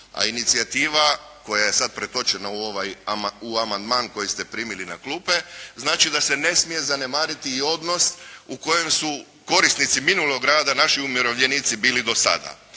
a inicijativa koja je sad pretočena u ovaj, u amandman koji ste primili na klupe znači da se ne smije zanemariti i odnos u kojem su korisnici minulog rada naši umirovljenici bili do sada.